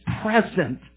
present